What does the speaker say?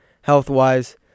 health-wise